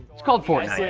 it's called fortnite. yeah